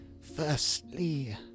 Firstly